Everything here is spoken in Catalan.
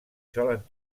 solen